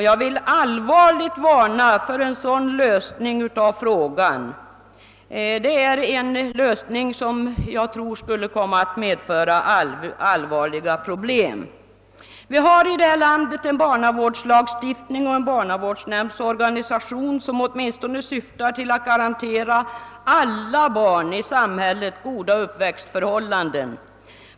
Jag vill allvarligt varna för en sådan lösning av frågan, ty den skulle enligt min mening medföra allvarliga problem. Vi har i detta land en barnavårdslagstiftning och en barnavårdsnämndsorganisation, som åtminstone syftar till att garantera alla barn goda uppväxtförhållanden.